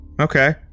okay